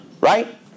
right